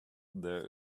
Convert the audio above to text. there